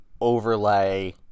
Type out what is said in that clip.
overlay